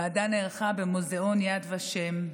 הוועדה נערכה במוזאון יד ושם,